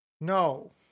No